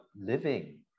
living